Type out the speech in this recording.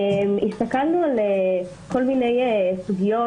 הסתכלנו על כל מיני סוגיות,